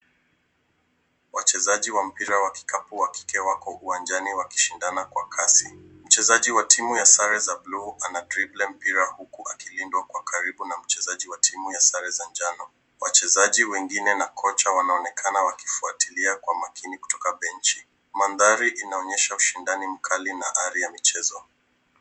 Wachezaji wa mpira wa kikapu wa kike wako uwanjani wakishindana kwa kasi. Mchezaji wa timu ya sare za bluu anadribble mpira huku akiwindwa kwa karibu na mchezaji wa timu ya sare za njano. Wachezaji wengine na kocha wanaonekana wakifuatilia kwa makini kutoka benchi. Mandhari inaonyesha ushindani mkali na ari ya mchezo.